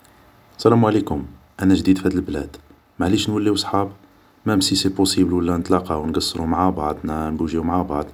سلام عليكم, انا جديد في هاد بلاد, ماعليش نوليو صحاب, مام سي سي بوسيبل نتلاقاو نقصرو مع بعض, نبوجيو مع بعض